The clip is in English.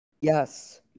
yes